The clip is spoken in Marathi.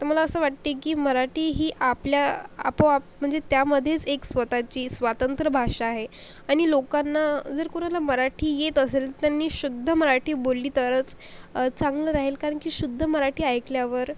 तर मला असं वाटते की मराठी ही आपल्या आपोआप म्हणजे त्यामध्येस एक स्वतःची स्वतंत्र भाषा आहे आणि लोकांना जर कोणाला मराठी येत असेल त्यांनी शुद्ध मराठी बोलली तरच चांगलं राहील कारण की शुद्ध मराठी ऐकल्यावर